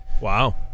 Wow